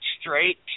Straight